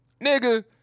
nigga